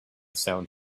sound